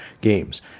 games